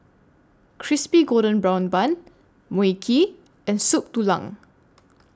Crispy Golden Brown Bun Mui Kee and Soup Tulang